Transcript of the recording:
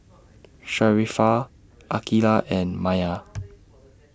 Sharifah Aqilah and Maya